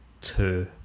Two